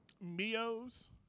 Mio's